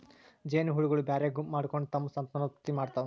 ಜೇನಹುಳಗೊಳ್ ಬ್ಯಾರೆ ಗುಂಪ್ ಮಾಡ್ಕೊಂಡ್ ತಮ್ಮ್ ಸಂತಾನೋತ್ಪತ್ತಿ ಮಾಡ್ತಾವ್